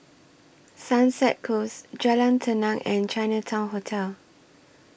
Sunset Close Jalan Tenang and Chinatown Hotel